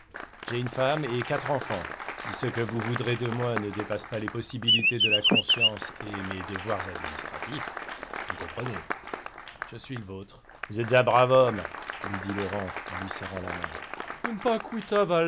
j'ai une femme et quatre enfants si ce que vous voudrez de moi ne dépasse pas les possibilités de la conscience et mes devoirs administratifs vous comprenez je suis le vôtre vous êtes un brave homme lui dit laurent en lui serrant la main